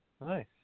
Nice